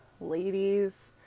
ladies